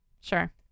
sure